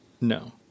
No